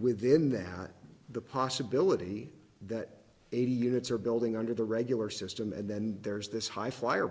within that the possibility that eighty units are building under the regular system and then there's this high flyer